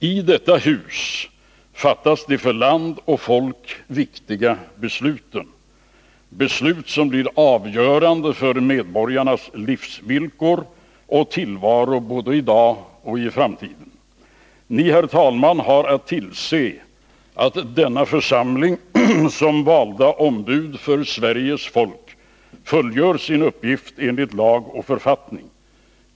I detta hus fattas de för land och folk viktiga besluten, beslut som blir avgörande för medborgarnas livsvillkor och tillvaro både i dag och i framtiden. Ni, herr talman, har att tillse att denna församling som valda ombud för Sveriges folk fullgör sin uppgift enligt lag och författning.